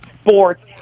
sports